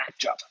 matchup